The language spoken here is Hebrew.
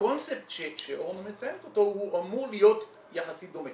והקונספט שאורנה מציינת אותו אמור להיות יחסית דומה,